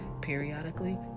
Periodically